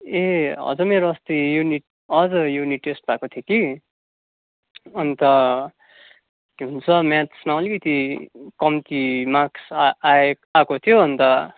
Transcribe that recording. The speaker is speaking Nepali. ए हजुर मेरो अस्ति युनिट हजुर युनिट टेस्ट भएको थियो कि अन्त के भन्छ म्याथ्समा अलिकति कम्ती मार्क्स आयो आएको थियो अन्त